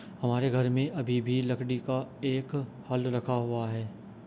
हमारे घर में अभी भी लकड़ी का एक हल रखा हुआ है